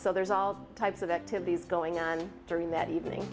so there's all types of activities going on during that evening